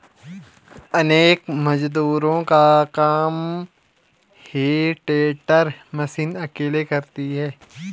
अनेक मजदूरों का काम हे टेडर मशीन अकेले करती है